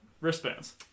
wristbands